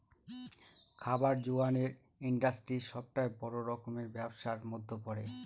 খাবার জোগানের ইন্ডাস্ট্রি সবটাই বড় রকমের ব্যবসার মধ্যে পড়ে